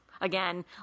again